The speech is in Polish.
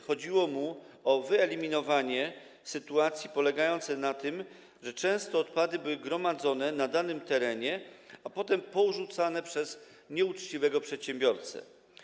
Chodziło mu o wyeliminowanie sytuacji polegającej na tym, że często odpady były gromadzone na danym terenie, a potem porzucane przez nieuczciwego przedsiębiorcę.